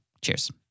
Cheers